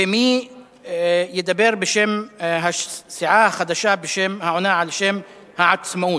ומי ידבר בשם הסיעה החדשה העונה לשם העצמאות.